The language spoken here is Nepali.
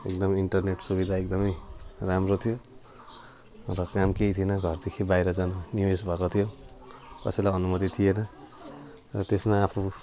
एकदम इन्टरनेट सुविधा एकदमै राम्रो थियो र काम केही थिएन घरदेखि बाहिर जानु निषेध भएको थियो कसैलाई अनुमति थिएन र त्यसमा आफू